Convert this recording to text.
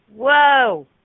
Whoa